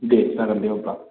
दे जागोन दे अब्ला